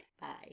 Bye